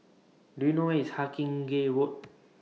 Do YOU know Where IS Hawkinge Road